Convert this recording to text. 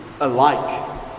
alike